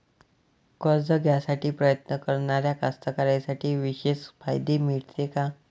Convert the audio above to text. कर्ज घ्यासाठी प्रयत्न करणाऱ्या कास्तकाराइसाठी विशेष फायदे मिळते का?